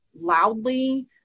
loudly